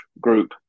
group